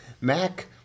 Mac